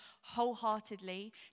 wholeheartedly